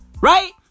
right